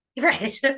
Right